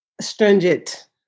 stringent